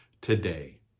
today